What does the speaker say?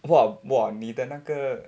!wah! !wah! 你的那个